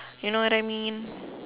you know what I mean